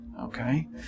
okay